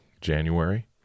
January